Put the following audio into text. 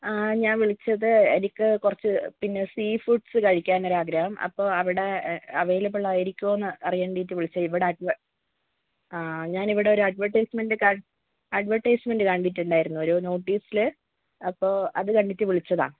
ആ ഞാൻ വിളിച്ചത് എനിക്ക് കുറച്ച് പിന്നെ സീ ഫുഡ്സ് കഴിക്കാൻ ഒരാഗ്രഹം അപ്പോൾ അവിടെ അവൈലബിൾ ആയിരിക്കുമോ എന്ന് അറിയാൻ വേണ്ടിയിട്ട് വിളിച്ചതാണ് ഇവിടെ ആ ഞാൻ ഇവിടെ ഒരു അഡ്വെർടൈസ്മെന്റ് അഡ്വെർടൈസ്മെന്റ് കണ്ടിട്ട് ഉണ്ടായിരുന്നു ഒരു നോട്ടീസിൽ അപ്പോൾ അത് കണ്ടിട്ട് വിളിച്ചതാണ്